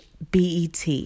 BET